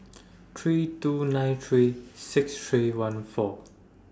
three two nine three six three one four